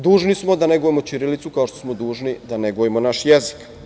Dužni smo da negujemo ćirilicu, kao što smo dužni da negujemo naš jezik.